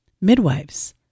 midwives